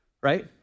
right